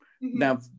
Now